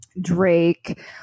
Drake